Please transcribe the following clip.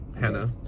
Hannah